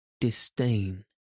disdain